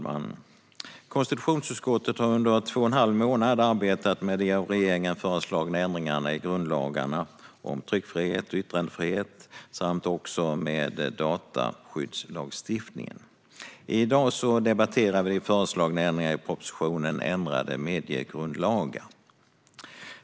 Fru talman! Konstitutionsutskottet har under två och en halv månad arbetat med de av regeringen föreslagna ändringarna i grundlagarna om tryckfrihet och yttrandefrihet samt i dataskyddslagstiftningen. I dag debatterar vi de ändringar som föreslås i propositionen Ändrade mediegrundlagar .